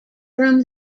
from